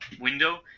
window